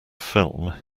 film